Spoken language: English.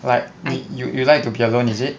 like you you like to be alone is it